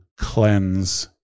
cleanse